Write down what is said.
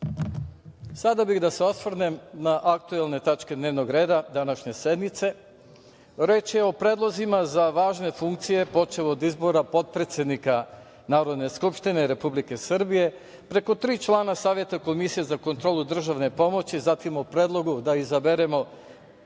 bih da se osvrnem na aktuelne tačke dnevnog reda današnje sednice. Reč je o predlozima za važne funkcije, počev od izbora potpredsednika Narodne skupštine Republike Srbije, preko tri člana Saveta Komisije za kontrolu državne pomoći, zatim o predlogu da izaberemo